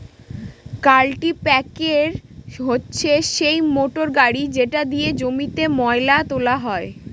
কাল্টিপ্যাকের হচ্ছে সেই মোটর গাড়ি যেটা দিয়ে জমিতে ময়লা তোলা হয়